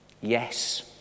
Yes